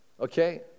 Okay